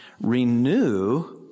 renew